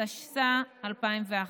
התשס"א 2001,